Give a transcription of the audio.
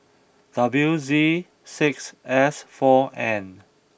W Z six S four N